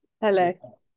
Hello